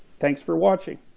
thanks for watching.